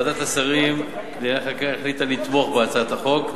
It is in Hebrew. ועדת השרים לענייני חקיקה החליטה לתמוך בהצעת החוק.